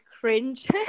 cringe